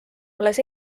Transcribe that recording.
alles